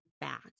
back